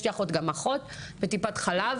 יש לי אחות גם אחות בטיפת חלב,